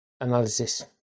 analysis